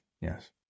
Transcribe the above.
Yes